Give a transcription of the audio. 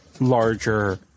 larger